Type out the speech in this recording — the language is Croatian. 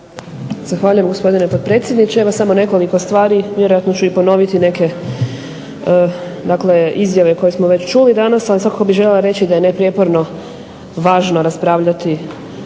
Zahvaljujem gospodine potpredsjedniče, evo samo nekoliko stvari, vjerojatno ću ponoviti neke izjave koje smo već čuli danas ali svakako bih željela reći da je neprijeporno raspravljati